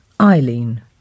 Eileen